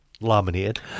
laminated